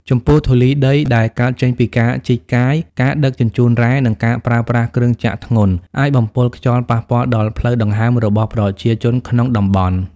ចំពោះធូលីដីដែលកើតចេញពីការជីកកាយ ការដឹកជញ្ជូនរ៉ែ និងការប្រើប្រាស់គ្រឿងចក្រធ្ងន់ អាចបំពុលខ្យល់ប៉ះពាល់ដល់ផ្លូវដង្ហើមរបស់ប្រជាជនក្នុងតំបន់។